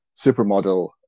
supermodel